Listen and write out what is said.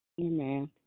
Amen